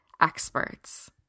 experts